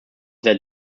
their